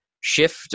shift